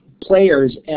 players